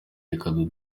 reka